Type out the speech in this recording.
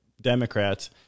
Democrats